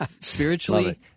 Spiritually